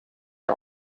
are